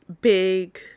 big